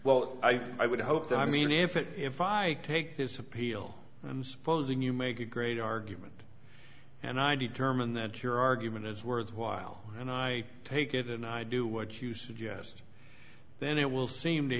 well i i would hope that i mean if it if i take this appeal and supposing you make a great argument and i determine that your argument is worthwhile and i take it and i do what you suggest then it will seem to